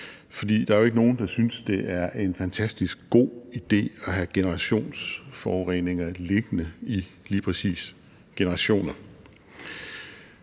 der er jo ikke nogen, der synes, at det er en fantastisk god idé at have generationsforureninger liggende i lige præcis generationer.